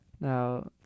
Now